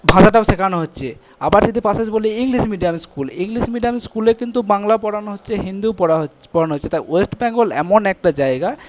ভাষাটাও শেখানো হচ্ছে আবার যদি বলি English medium school English medium স্কুলে কিন্তু বাংলাও পড়ানো হচ্ছে হিন্দিও পড়া হচ্ছে পড়ানো হচ্ছে ওয়েস্ট বেঙ্গল এমন একটা জায়গা